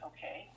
Okay